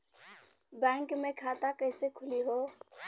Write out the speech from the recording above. Bank मे खाता कईसे खुली हो?